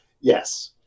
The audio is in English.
Yes